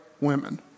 women